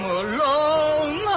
alone